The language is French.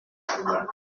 père